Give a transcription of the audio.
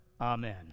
Amen